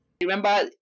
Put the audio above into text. Remember